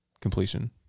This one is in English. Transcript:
completion